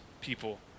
people